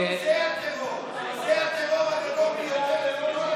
וזה הטרור הגדול ביותר.